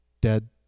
dead